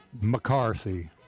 mccarthy